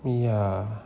yeah